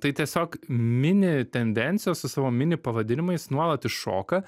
tai tiesiog mini tendencijos su savo mini pavadinimais nuolat iššoka